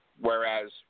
Whereas